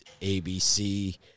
ABC